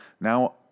Now